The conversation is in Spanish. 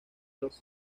los